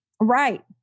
Right